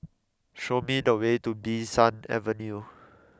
show me the way to Bee San Avenue